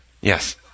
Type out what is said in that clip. Yes